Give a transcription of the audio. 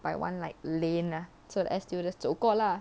by one like lane lah so the air stewardess 走过 lah